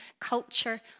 culture